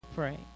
pray